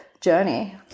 journey